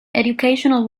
educational